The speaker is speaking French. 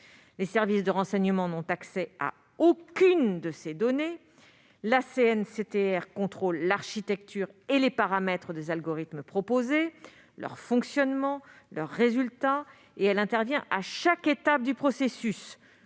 Les services de renseignement n'ont accès à aucune de ces données. La CNCTR contrôle l'architecture et les paramètres des algorithmes proposés, leur fonctionnement et leurs résultats et elle intervient à chaque étape du processus